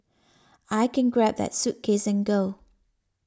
I can grab that suitcase and go